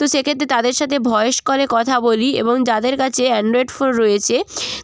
তো সেক্ষেত্রে তাদের সাথে ভয়েস কলে কথা বলি এবং যাদের কাছে অ্যানড্রয়েড ফোন রয়েছে